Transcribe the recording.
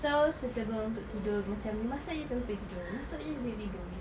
so suitable untuk tidur macam you masuk jer terus tidur masuk jer boleh tidur gitu